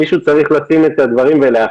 מישהו צריך לאחד את הדברים.